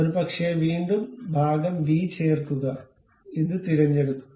ഒരുപക്ഷേ വീണ്ടും ഭാഗം ബി ചേർക്കുക ഇത് തിരഞ്ഞെടുക്കുക